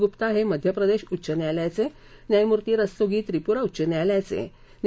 गुप्ता हे मध्य प्रदेश उच्च न्यायालयाचे न्या रस्तोगी त्रिपुरा उच्च न्यायालयाच् न्या